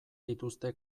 dituzte